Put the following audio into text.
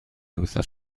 wythnos